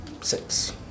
Six